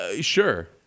sure